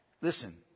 Listen